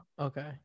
Okay